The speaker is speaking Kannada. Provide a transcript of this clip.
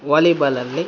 ವಾಲಿಬಾಲಲ್ಲಿ